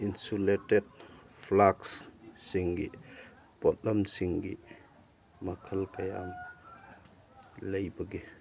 insulated ꯐ꯭ꯂꯥꯛꯁꯁꯤꯡꯒꯤ ꯄꯣꯠꯂꯝꯁꯤꯡꯒꯤ ꯃꯈꯜ ꯀꯌꯥꯝ ꯂꯩꯕꯒꯦ